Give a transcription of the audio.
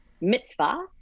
Mitzvah